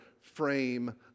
frame